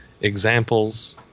examples